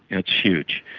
it's huge.